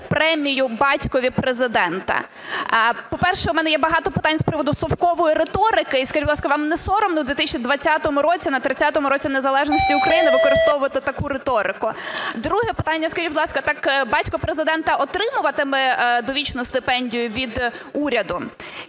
премію батькові Президента". По-перше, у мене є багато питань с приводу совкової риторики. І скажіть, будь ласка, вам несоромно в 2020 році на 30-му році незалежності України використовувати таку риторику? Друге питання. Скажіть, будь ласка, так батько Президента отримав довічну стипендію від уряду?